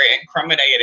incriminating